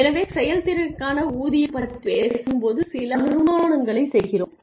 எனவே செயல்திறனுக்கான ஊதியம் பற்றிப் பேசும்போது சில அனுமானங்களைச் செய்கிறோம்